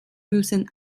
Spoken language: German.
müssen